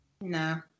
No